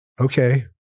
okay